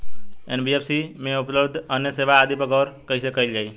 NBFC में उपलब्ध अन्य सेवा आदि पर गौर कइसे करल जाइ?